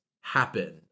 happen